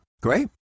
great